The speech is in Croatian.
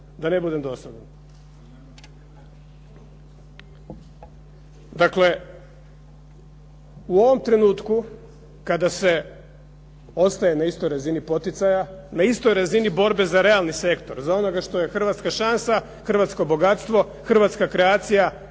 da ne budem dosadan. Dakle, u ovom trenutku kada se ostaje na istoj razini poticaja, na istoj razini borbe za realni sektor, za ono što je hrvatska šansa, hrvatsko bogatstvo, hrvatska kreacija,